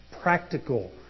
practical